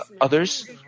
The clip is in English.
others